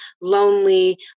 lonely